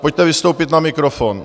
Pojďte vystoupit na mikrofon.